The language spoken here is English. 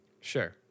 Sure